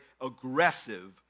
aggressive